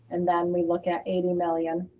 and then we look at eighty million